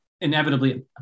Inevitably